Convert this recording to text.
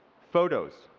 photos,